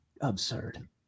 Absurd